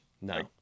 No